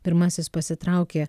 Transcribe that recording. pirmasis pasitraukė